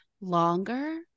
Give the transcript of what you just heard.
longer